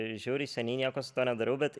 žiauriai seniai nieko su tuo nedariau bet